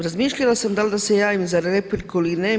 Razmišljala sam da li da se javim za repliku ili ne.